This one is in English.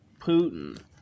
Putin